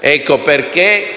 Ecco perché,